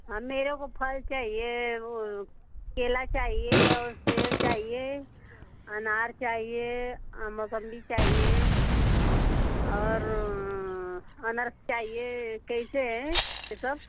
हाँ मेरे को फल चाहिए केला चाहिए सेब चाहिए अनार चाहिए मौसम्बी चाहिए और अनानास चाहिए कैसे हैं यह सब